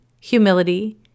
humility